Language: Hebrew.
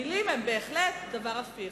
מלים הן בהחלט דבר הפיך.